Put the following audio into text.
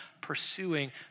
pursuing